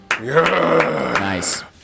Nice